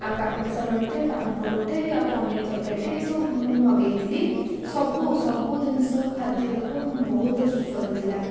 ଆଉ କାକୁଡ଼ି ସାଲଡ଼୍ଟେ ପାମ୍ପଡ଼ଟେ ଆଉ ପନିର୍ ତରକାରୀଟେ ଏସବୁ ମୁଁ ମଗେଇଥିଲି ସବୁ ସବୁ ଜିନିଷ ଖାଦ୍ୟତକ ବହୁତ ସୁସ୍ୱାଦୁ ଥିଲା